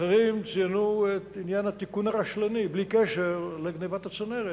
אחרים ציינו את עניין התיקון הרשלני בלי קשר לגנבת הצנרת,